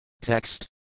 Text